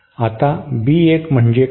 आता B 1 म्हणजे काय